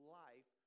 life